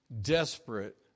desperate